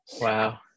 Wow